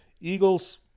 Eagles